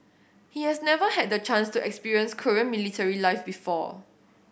he has never had the chance to experience Korean military life before